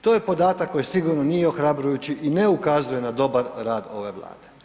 To je podatak koji sigurno nije ohrabrujući i ne ukazuje na dobar rad ove Vlade.